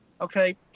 Okay